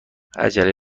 عجله